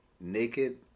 Naked